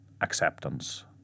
acceptance